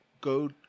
go